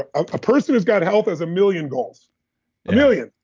ah a person who's got health has a million goals, a million.